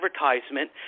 advertisement